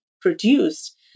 produced